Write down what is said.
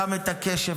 גם את הקשב,